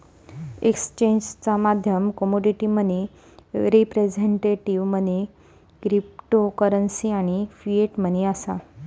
एक्सचेंजचा माध्यम commodity money, representative money, cryptocurrency आणि फिएट मनी असा